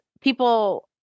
people